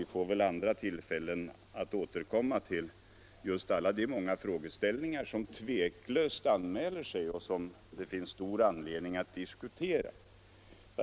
Vi får väl andra tillfällen att återkomma till alla de frågeställningar som tveklöst anmäler sig och som det finns stor anledning att diskutera.